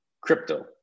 crypto